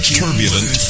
turbulent